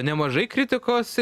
nemažai kritikos